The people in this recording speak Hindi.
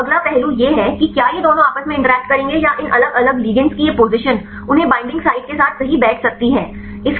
अब अगला पहलू यह है कि क्या ये दोनों आपस में इंटरैक्ट करेंगे या इन अलग अलग लिगेंड्स की ये पोजिशन उन्हें बईंडिंग साइट के साथ सही बैठ सकती है